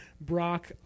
Brock